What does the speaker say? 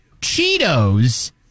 Cheetos